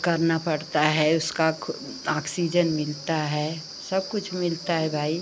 करना पड़ता है उसका खु ऑक्सीजन मिलता है सब कुछ मिलता है भाई